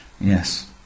Yes